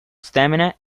stamina